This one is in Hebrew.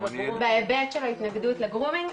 בהיבט של התנגדות לגרומינג,